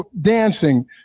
dancing